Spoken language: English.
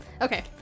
Okay